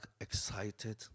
excited